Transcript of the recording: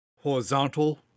horizontal